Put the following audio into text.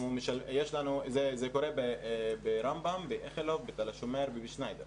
זה קורה ברמב"ם, באיכילוב, בתל השומר ובשניידר.